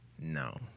No